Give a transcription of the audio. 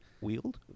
Wield